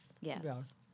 yes